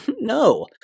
No